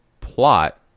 plot